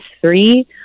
three